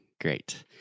Great